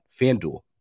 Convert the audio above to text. FanDuel